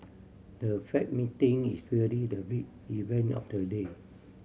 the Fed meeting is really the big event of the day